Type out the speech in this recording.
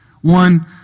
One